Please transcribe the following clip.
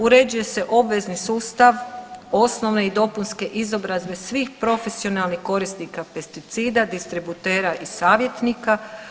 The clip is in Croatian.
Uređuje se obvezni sustav osnovne i dopunske izobrazbe svih profesionalnih korisnika pesticida, distributera i savjetnika.